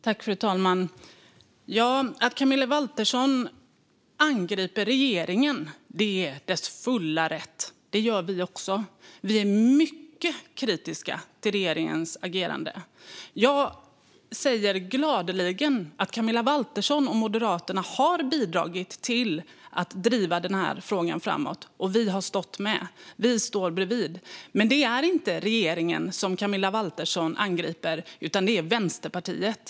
Fru talman! Att Camilla Waltersson Grönvall angriper regeringen är hennes fulla rätt. Det gör vi också. Vi är mycket kritiska till regeringens agerande. Jag säger gladeligen att Camilla Waltersson Grönvall och Moderaterna har bidragit till att driva den här frågan framåt, och vi har stått med. Vi står bredvid. Det är dock inte regeringen som Camilla Waltersson Grönvall angriper, utan det är Vänsterpartiet.